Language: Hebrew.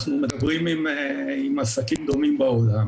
אנחנו מדברים עם עסקים דומים בעולם